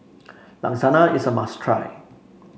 Lasagne is a must try